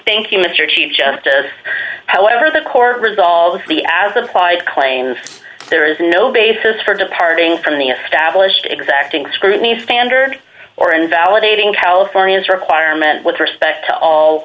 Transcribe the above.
you mr chief justice however the court resolves the as applied claims there is no basis for departing from the established exacting scrutiny standard or invalidating california's requirement with respect to all